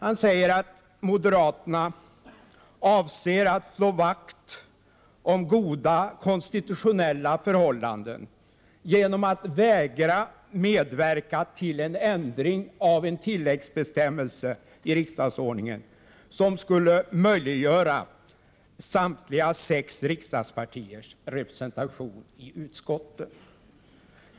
Han säger att moderaterna avser att slå vakt om goda, konstitutionella förhållanden genom att vägra medverka till en ändring av en tilläggsbestämmelse i riksdagsordningen, som skulle möjliggöra samtliga sex riksdagspartiers representation i utskotten.